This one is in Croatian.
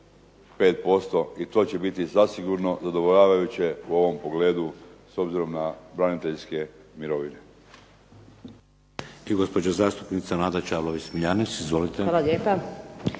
5% i to će biti zasigurno zadovoljavajuće u ovom pogledu s obzirom na braniteljske mirovine.